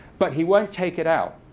but he won't take it out.